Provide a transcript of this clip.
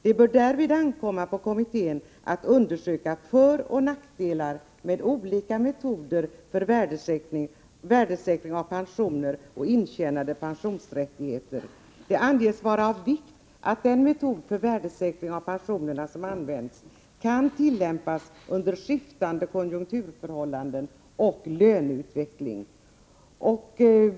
Det bör därvid ankomma på kommittén att undersöka föroch nackdelar med olika metoder för värdesäkring av pensioner och intjänade pensionsrättigheter. Det anges vara av vikt att den metod för värdesäkring av pensionerna som används kan tillämpas under skiftande konjunkturförhållanden och löneutveckling.